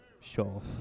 Sure